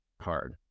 hard